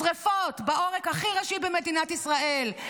שרפות בעורק הכי ראשי במדינת ישראל,